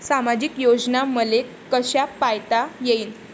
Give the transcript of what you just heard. सामाजिक योजना मले कसा पायता येईन?